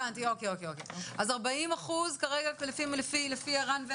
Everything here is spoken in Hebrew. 40% כרגע לפי ערן,